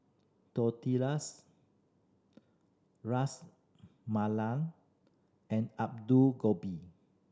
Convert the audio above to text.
Tortillas Ras Malai and Gobi